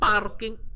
Parking